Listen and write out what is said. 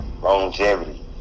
longevity